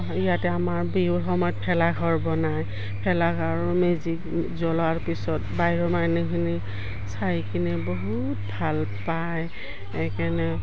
ইয়াতে আমাৰ বিহুৰ সময়ত ভেলাঘৰ বনায় ভেলাঘৰৰ মেজি জ্বলোৱাৰ পিছত বাহিৰৰ মানহখিনি চাই কিনে বহুত ভাল পায় সেই কাৰণে